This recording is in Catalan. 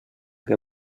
que